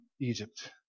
Egypt